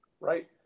right